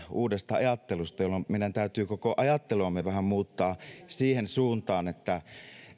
uudesta ajattelusta jolloin meidän täytyy koko ajatteluamme vähän muuttaa siihen suuntaan että